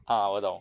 ah 我懂